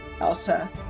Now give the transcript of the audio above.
Elsa